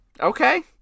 Okay